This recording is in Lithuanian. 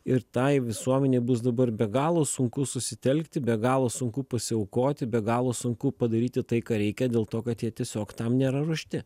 ir tai visuomenė bus dabar be galo sunku susitelkti be galo sunku pasiaukoti be galo sunku padaryti tai ką reikia dėl to kad jie tiesiog tam nėra ruošti